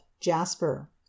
jasper